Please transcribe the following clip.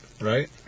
right